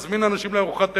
מזמין אנשים לארוחת ערב,